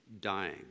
dying